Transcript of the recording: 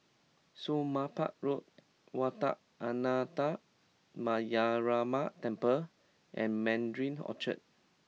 Somapah Road Wat Ananda Metyarama Temple and Mandarin Orchard